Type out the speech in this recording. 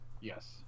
Yes